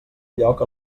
lloc